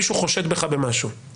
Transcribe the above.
מישהו חושד בך במשהו.